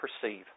perceive